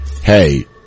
Hey